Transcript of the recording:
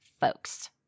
folks